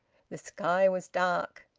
the sky was dark.